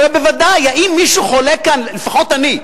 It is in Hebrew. הרי בוודאי, האם מישהו חולק כאן, לפחות אני,